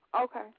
Okay